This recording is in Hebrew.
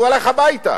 והוא הלך הביתה.